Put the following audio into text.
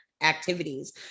activities